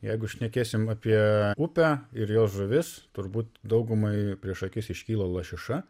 jeigu šnekėsim apie upę ir jos žuvis turbūt daugumai prieš akis iškyla lašiša